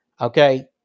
Okay